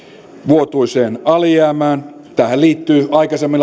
vuotuiseen alijäämään tähän liittyvät aikaisemmin